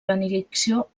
benedicció